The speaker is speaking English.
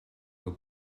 will